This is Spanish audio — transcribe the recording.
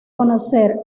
conocer